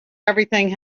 everything